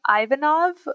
Ivanov